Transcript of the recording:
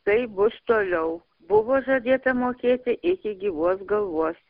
taip bus toliau buvo žadėta mokėti iki gyvos galvos